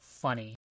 funny